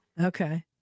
Okay